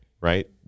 right